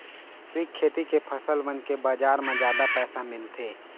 जैविक खेती के फसल मन के बाजार म जादा पैसा मिलथे